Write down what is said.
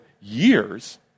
years